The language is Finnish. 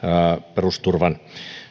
perusturvan